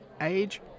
Age